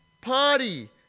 party